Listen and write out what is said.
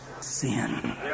sin